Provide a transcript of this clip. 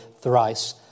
thrice